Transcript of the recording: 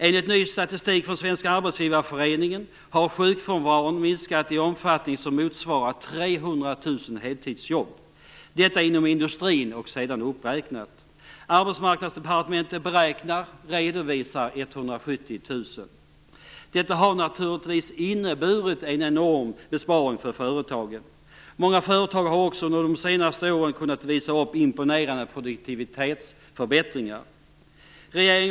Enligt ny statistik från Svenska arbetsgivareföreningen har sjukfrånvaron minskat i en omfattning som motsvarar 300 000 heltidsjobb! Detta gäller inom industrin och sedan uppräknat. Arbetsmarknadsdepartementet beräknar och redovisar 170 000. Detta har naturligtvis inneburit en enorm besparing för företagen. Många företag har också under de senaste åren kunnat visa upp imponerande produktivitetsförbättringar.